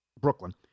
Brooklyn